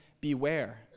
beware